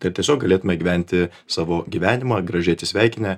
tai tiesiog galėtume gyventi savo gyvenimą gražiai atsisveikinę